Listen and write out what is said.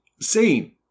seen